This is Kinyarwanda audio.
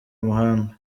muhanda